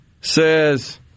says